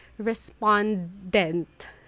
respondent